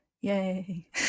Yay